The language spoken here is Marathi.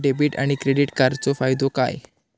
डेबिट आणि क्रेडिट कार्डचो फायदो काय?